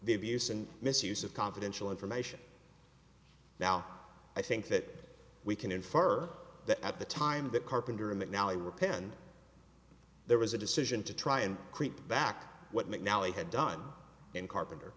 the abuse and misuse of confidential information now i think that we can infer that at the time that carpenter mcnally were penned there was a decision to try and create back what mcnally had done in carpenter